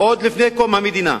עוד מלפני קום המדינה.